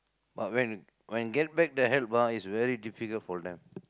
but when when get back the help ah it's very difficult for them